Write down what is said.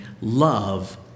love